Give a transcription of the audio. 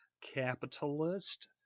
capitalist